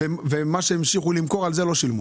על מה שהמשיכו למכור שילמו